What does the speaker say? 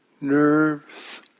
nerves